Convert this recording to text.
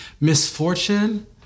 misfortune